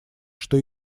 что